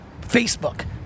Facebook